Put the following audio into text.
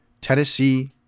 Tennessee